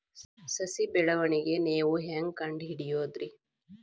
ಸಸಿ ಬೆಳವಣಿಗೆ ನೇವು ಹ್ಯಾಂಗ ಕಂಡುಹಿಡಿಯೋದರಿ?